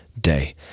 day